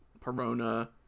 Perona